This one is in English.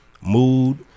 Mood